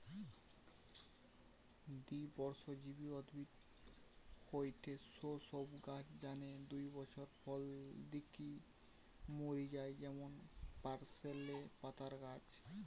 দ্বিবর্ষজীবী উদ্ভিদ হয়ঠে সৌ সব গাছ যানে দুই বছর ফল দিকি মরি যায় যেমন পার্সলে পাতার গাছ